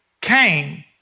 came